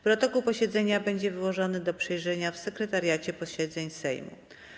Protokół posiedzenia będzie wyłożony do przejrzenia w Sekretariacie Posiedzeń Sejmu.